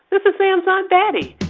this is sam's aunt betty.